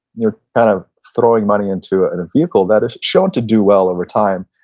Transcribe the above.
you're kind of throwing money into ah and a vehicle that is shown to do well over time,